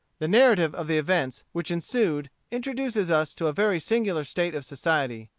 the narrative of the events which ensued introduces us to a very singular state of society.